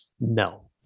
no